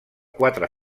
quatre